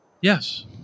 Yes